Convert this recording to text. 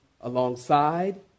alongside